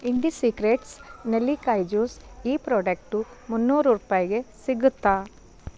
IndiSecrets ನೆಲ್ಲಿಕಾಯಿ juice ಈ product ಮುನ್ನೂರು ರೂಪಾಯಿಗೆ ಸಿಗುತ್ತಾ